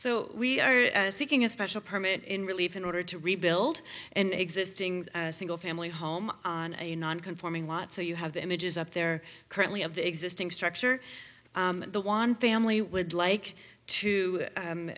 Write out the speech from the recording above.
so we are seeking a special permit in relief in order to rebuild an existing single family home on a non conforming lot so you have the images up there currently of the existing structure the one family would like to